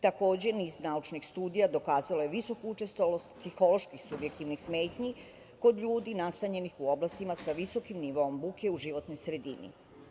Takođe, niz naučnih studija dokazala je visoku učestalost psiholoških subjektivnih smetnji kod ljudi nastanjenih u oblastima sa visokim nivoom buke u životnoj srediti.